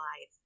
life